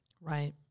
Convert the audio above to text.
Right